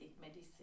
medicine